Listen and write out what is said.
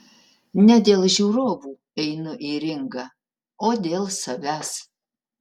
ne dėl žiūrovų einu į ringą o dėl savęs